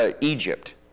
Egypt